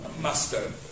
master